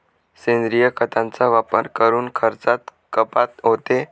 सेंद्रिय खतांचा वापर करून खर्चात कपात होते